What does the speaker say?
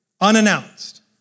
unannounced